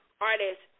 artists